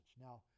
now